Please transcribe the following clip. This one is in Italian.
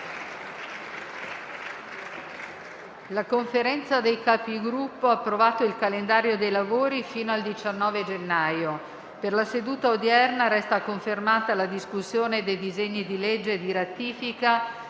La Conferenza dei Capigruppo ha approvato il calendario dei lavori fino al 19 gennaio. Per la seduta odierna resta confermata la discussione dei disegni di legge di ratifica